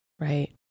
Right